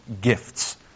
gifts